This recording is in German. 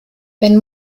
wenn